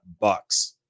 Bucks